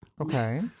okay